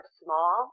small